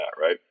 Right